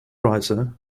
writer